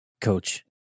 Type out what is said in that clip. coach